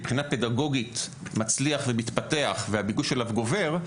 מבחינה פדגוגית מצליח ומתפתח והביקוש אליו גובר,